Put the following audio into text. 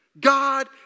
God